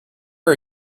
are